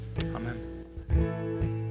Amen